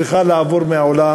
שצריכה לעבור מהעולם,